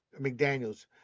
McDaniels